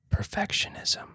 perfectionism